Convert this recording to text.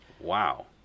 Wow